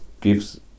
gives